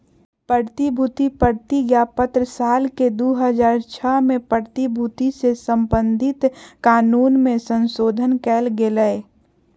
प्रतिभूति प्रतिज्ञापत्र साल के दू हज़ार छह में प्रतिभूति से संबधित कानून मे संशोधन कयल गेलय